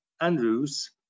Andrews